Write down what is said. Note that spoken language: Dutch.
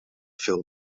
veel